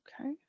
Okay